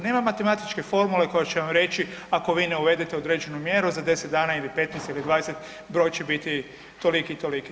Nema matematičke formule koja će vam reći, ako vi ne uvedete određenu mjeru, za 10 dana ili 15 ili 20, broj će biti toliki i toliki.